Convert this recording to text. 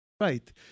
right